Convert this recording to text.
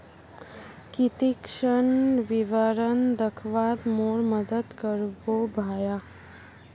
की ती ऋण विवरण दखवात मोर मदद करबो भाया